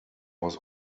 was